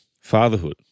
Fatherhood